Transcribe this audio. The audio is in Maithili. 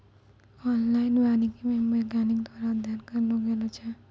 एनालाँक वानिकी मे वैज्ञानिक द्वारा अध्ययन करलो गेलो छै